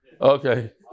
Okay